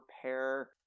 prepare